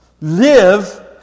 Live